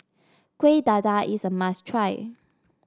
Kuih Dadar is a must try